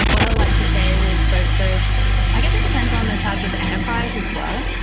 what i like to say with folks, so i guess it depends on the type of enterprise as well.